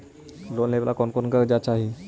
Loan लेने ला कोन कोन कागजात चाही?